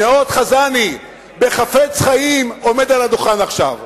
נצר-חזני בחפץ-חיים עומד על הדוכן עכשיו.